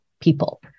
people